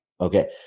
Okay